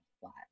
flat